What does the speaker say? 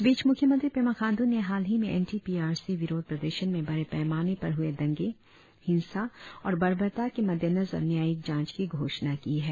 इस बीच मुख्यमंत्री पेमा खांड्र ने हाल ही में एंटी पी आर सी विरोध प्रदर्शन में बड़े पैमाने पर हुए दंगे हिंसा और बर्बरता के मद्देनजर न्याययिक जांच की घोषणा की है